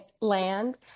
land